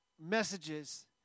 messages